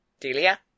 Delia